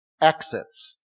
exits